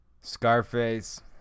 Scarface